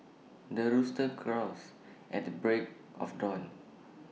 the rooster crows at the break of dawn